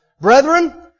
Brethren